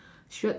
shirt